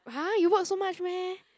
!huh! you work so much meh